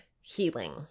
healing